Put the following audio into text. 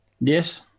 Yes